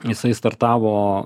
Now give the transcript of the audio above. jisai startavo